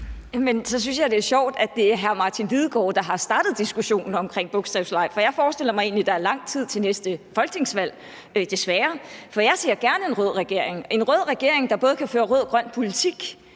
det er sjovt, at det er hr. Martin Lidegaard, der har startet diskussionen og bogstavlegen. Jeg forestiller mig egentlig, der er lang tid til næste folketingsvalg, desværre. For jeg ser gerne en rød regering og en rød regering, der både kan føre rød og grøn politik.